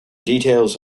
details